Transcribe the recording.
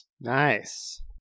Nice